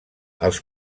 els